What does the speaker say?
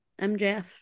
MJF